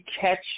catch